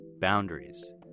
boundaries